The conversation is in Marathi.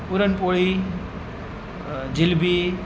पुरणपोळी जिलेबी